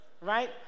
Right